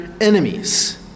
enemies